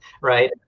right